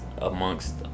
amongst